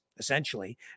essentially